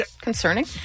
Concerning